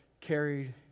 carried